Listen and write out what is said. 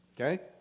Okay